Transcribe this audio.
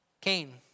Cain